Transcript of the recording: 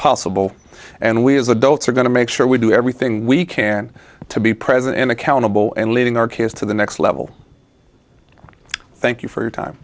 possible and we as adults are going to make sure we do everything we can to be present and accountable and leading our kids to the next level thank you for your time